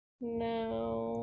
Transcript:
No